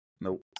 Nope